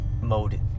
mode